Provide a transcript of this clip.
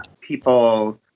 people